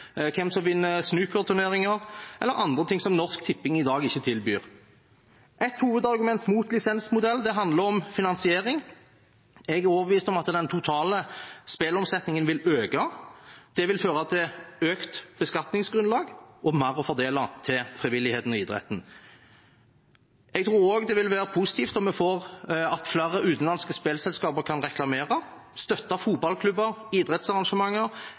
hvem som vinner snookerturneringer, eller andre ting som Norsk Tipping i dag ikke tilbyr. Et hovedargument mot lisensmodell handler om finansiering. Jeg er overbevist om at den totale spillomsetningen vil øke. Det vil føre til økt beskatningsgrunnlag og mer å fordele til frivilligheten og idretten. Jeg tror også det vil være positivt om flere utenlandske spillselskaper kan reklamere, støtte fotballklubber, idrettsarrangementer